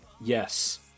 Yes